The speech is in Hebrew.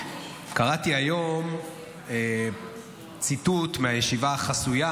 קראתי היום ציטוט של ראש ממשלת ישראל מהישיבה החסויה